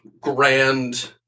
grand